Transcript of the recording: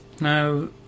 Now